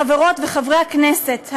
חברות וחברי הכנסת,